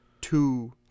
two